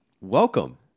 Welcome